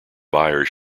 buyers